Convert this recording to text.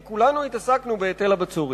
כי כולנו התעסקנו בהיטל הבצורת.